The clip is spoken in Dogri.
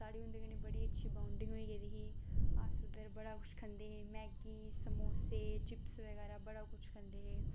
साढ़ी उं'दे कन्नै बड़ी अच्छी बांडिंग होई गेदी ही अस उद्धर बड़ा किश खंदे हे मैगी समौसे चिप्स बगैरा बड़ा किश खंदे हे